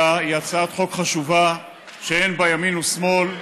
היא הצעת חוק חשובה שאין בה ימין ושמאל.